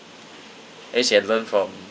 at least you can learn from